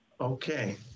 okay